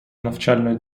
навчальної